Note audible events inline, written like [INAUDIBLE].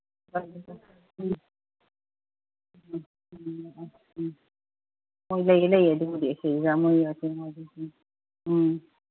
[UNINTELLIGIBLE] ꯍꯣꯏ ꯂꯩꯌꯦ ꯂꯩꯌꯦ ꯑꯗꯨꯕꯨꯗꯤ ꯁꯤꯗꯩꯁꯤꯗ [UNINTELLIGIBLE] ꯎꯝ